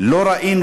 "לא ראינו,